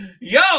Yo